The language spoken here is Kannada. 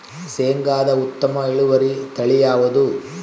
ಶೇಂಗಾದ ಉತ್ತಮ ಇಳುವರಿ ತಳಿ ಯಾವುದು?